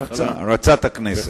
הרצת הכנסת.